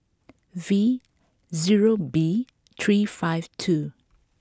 V zero B three five two